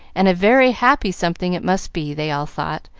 and a very happy something it must be, they all thought,